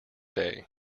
day